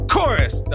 Chorus